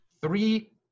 Three